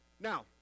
Now